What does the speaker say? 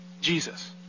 Jesus